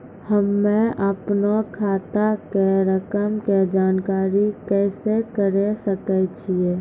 हम्मे अपनो खाता के रकम के जानकारी कैसे करे सकय छियै?